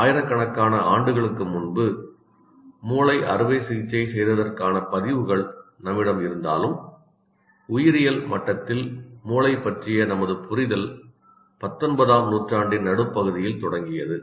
ஆயிரக்கணக்கான ஆண்டுகளுக்கு முன்பு மூளை அறுவை சிகிச்சை செய்ததற்கான பதிவுகள் நம்மிடம் இருந்தாலும் உயிரியல் மட்டத்தில் மூளை பற்றிய நமது புரிதல் 19 ஆம் நூற்றாண்டின் நடுப்பகுதியில் தொடங்கியது